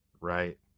Right